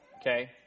okay